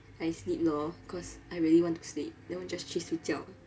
I sleep lor cause I really want to sleep then 我 just 去睡觉